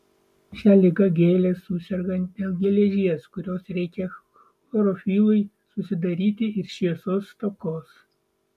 šia liga gėlės suserga dėl geležies kurios reikia chlorofilui susidaryti ir šviesos stokos